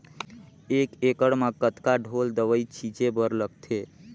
एक एकड़ म कतका ढोल दवई छीचे बर लगथे?